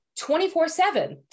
24-7